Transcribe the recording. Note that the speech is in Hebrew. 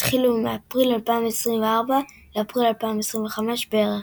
יתחילו מאפריל 2024 עד, לאפריל 2025 בערך.